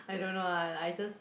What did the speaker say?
I don't know lah like I just